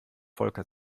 volker